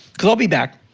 cause i'll be back.